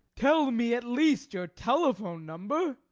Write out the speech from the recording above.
tell me at least your telephone number.